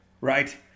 right